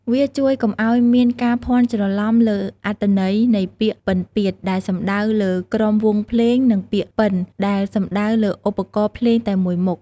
វាជួយកុំឲ្យមានការភាន់ច្រឡំលើអត្ថន័យនៃពាក្យ "ពិណពាទ្យ" ដែលសំដៅលើក្រុមវង់ភ្លេង និងពាក្យ "ពិណ" ដែលសំដៅលើឧបករណ៍ភ្លេងតែមួយមុខ។